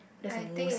that's a moose